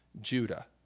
Judah